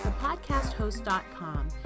thepodcasthost.com